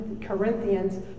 Corinthians